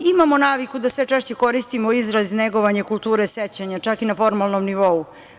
Imamo naviku da sve češće koristimo izraz „negovanje kulture sećanja“, čak i na formalnom nivou.